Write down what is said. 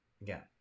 again